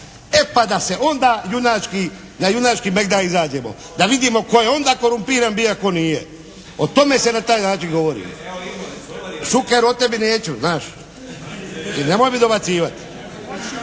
E pa da se onda junački, na junački megdaj izađemo, da vidimo tko je onda korumpiran bia, tko nije. O tome se na taj način govori. … /Upadica se ne čuje./ … Šuker o tebi neću, znaš. I nemoj mi dobacivati.